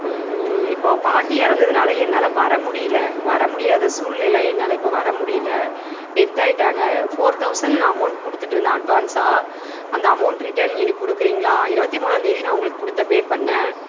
இப்போ பாட்டி இறந்ததனால என்னால் வர முடியல வர முடியாத சூழ்நிலை என்னால் இப்போ வர முடியல டெத்தாயிட்டாங்க ஃபோர் தவுசண்ட் அமௌண்ட் கொடுத்துட்ருந்தேன் அட்வான்ஸாக அந்த அமௌண்ட் ரிட்டன் எனக்கு கொடுக்கிறிங்களா இருவத்தி மூணாம்தேதி நான் உங்களுக்கு கொடுத்தேன் பே பண்ணேன்